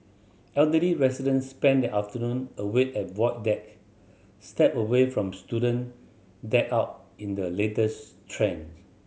elderly residents spend their afternoon away at Void Deck step away from student decked out in the latest trends